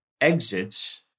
exits